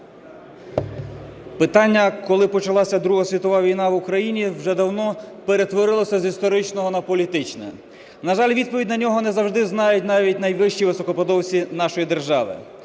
Питання, коли почалася Друга світова війна в Україні вже давно перетворилася з історичного на політичне. На жаль, відповідь на нього не завжди знають навіть найвищі високопосадовці нашої держави.